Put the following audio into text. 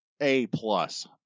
A-plus